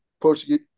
Portuguese